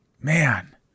Man